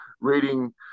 Reading